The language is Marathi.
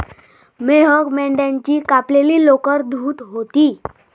मेहक मेंढ्याची कापलेली लोकर धुत होती